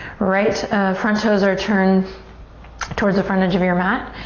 right front toes are turned towards the front edge of your mat.